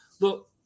look